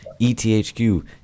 ETHQ